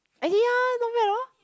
!aiya! not bad oh